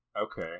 Okay